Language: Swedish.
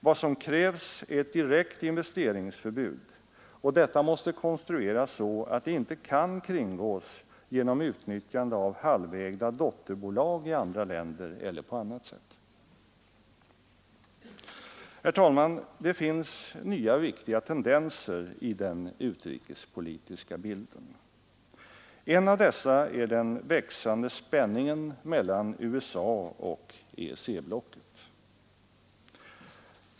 Vad som krävs är ett direkt investeringsförbud och detta måste konstrueras så att det inte kan kringgås genom utnyttjande av halvägda dotterbolag i andra länder eller på annat sätt. Herr talman! Det finns nya viktiga tendenser i den utrikespolitiska bilden. En av dessa är den växande spänningen mellan USA och EEC-blocket.